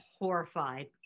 horrified